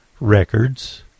Records